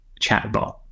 chatbot